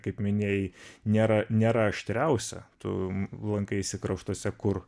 kaip minėjai nėra nėra aštriausia tu lankaisi kraštuose kur